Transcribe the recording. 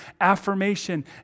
affirmation